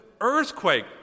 earthquake